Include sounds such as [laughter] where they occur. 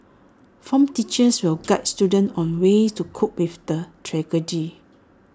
form teachers will guide students on ways to cope with the [unintelligible]